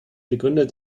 begründer